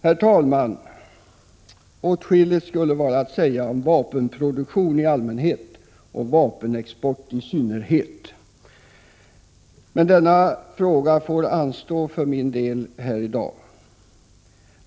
Herr talman! Åtskilligt skulle vara att säga om vapenproduktion i allmänhet och vapenexport i synnerhet. Den frågan får dock anstå för min del här i dag.